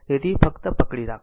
તેથી ફક્ત પકડી રાખો